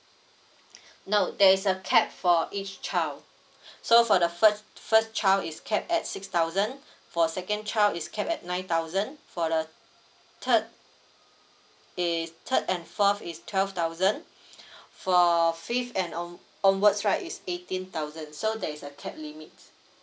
no there's a cap for each child so for the first first child is capped at six thousand for second child is capped at nine thousand for the third err third and fourth is twelve thousand for fifth and on~ onwards right is eighteen thousand so that is a cap limit